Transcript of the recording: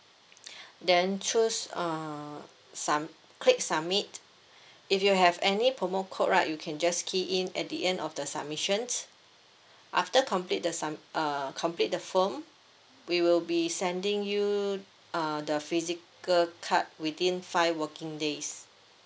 then choose uh subm~ click submit if you have any promo code right you can just key in at the end of the submissions after complete the subm~ uh complete the form we will be sending you uh the physical card within five working days